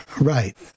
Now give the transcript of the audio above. Right